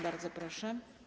Bardzo proszę.